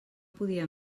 podia